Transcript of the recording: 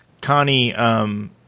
Connie